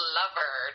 lover